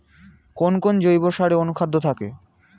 কোন কোন জৈব সারে অনুখাদ্য থাকে?